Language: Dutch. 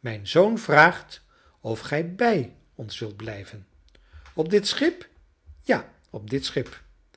mijn zoon vraagt of gij bij ons wilt blijven op dit schip ja op dit schip